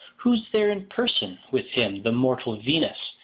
who is there in person with him the mortal venus,